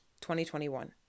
2021